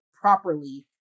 Properly